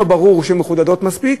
לא ברור שהן מחודדות מספיק,